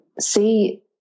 see